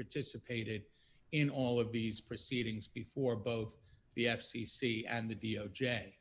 participated in all of these proceedings before both the f c c and the d o j